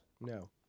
No